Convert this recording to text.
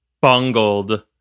Bungled